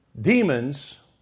Demons